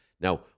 Now